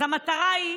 המטרה היא